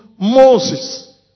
Moses